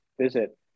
visit